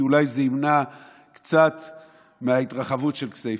כי אולי זה ימנע קצת את ההתרחבות של כסייפה,